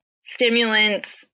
stimulants